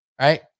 Right